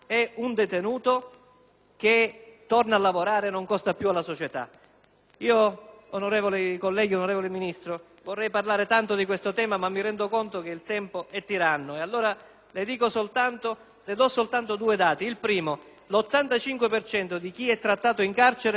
che torna a lavorare e non costa più alla società. Onorevoli colleghi, onorevole Ministro, vorrei parlare tanto di questo tema, ma mi rendo conto che il tempo è tiranno; allora le do soltanto alcuni dati: l'85 per cento di chi è trattato in carcere non torna a delinquere;